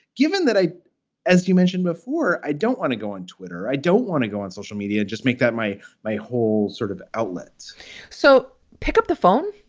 given that i as you mentioned before, i don't want to go on twitter. i don't want to go on social media. just make that my my whole sort of outlets so pick up the phone,